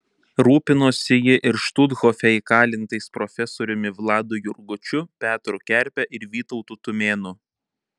rūpinosi ji ir štuthofe įkalintais profesoriumi vladu jurgučiu petru kerpe ir vytautu tumėnu